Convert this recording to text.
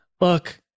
look